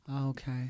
Okay